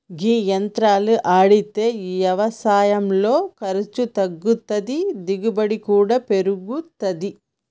గీ యంత్రాలు ఆడితే యవసాయంలో ఖర్సు తగ్గుతాది, దిగుబడి కూడా పెరుగుతాది